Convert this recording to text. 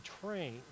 train